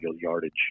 yardage